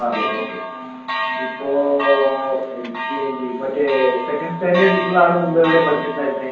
Parali okay ഇപ്പോൾ L K G മറ്റേ second സ്റ്റാൻഡേർഡിലേക്ക് ഉള്ള ആൾ മുമ്പ് എവിടെയാണ് പഠിച്ചിട്ടുണ്ടായിരിന്നത്